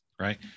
Right